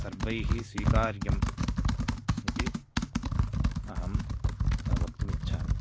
सर्वैः स्वीकर्यम् इति अहं वक्तुमिच्छामि